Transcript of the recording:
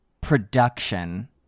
production